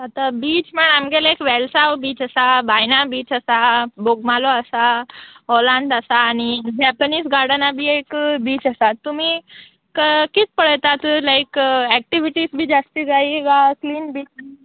आतां बीच म्हळ्या आमगेले वेलसाव बीच आसा बायना बीच आसा बोगमालो आसा ओलांत आसा आनी जेपनीज गार्डना बी एक बीच आसा तुमी कित पळयतात लायक एक्टिविटीज बी जास्त जायी वा क्लीन बीच